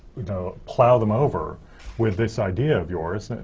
you know, plow them over with this idea of yours,